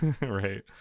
right